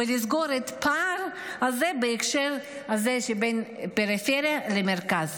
ולסגור את הפער הזה בהקשר הזה שבין פריפריה למרכז.